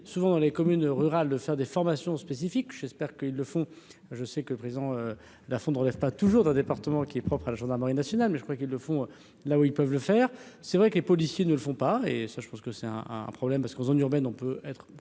souvent dans les communes rurales de faire des formations spécifiques, j'espère qu'ils le font, je sais que prison la fronde relève pas toujours d'un département qui est propre à la gendarmerie nationale, mais je croyais qu'ils le font, là où ils peuvent le faire, c'est vrai que les policiers ne le font pas, et ça je pense que c'est un un problème parce qu'en zone urbaine, on peut être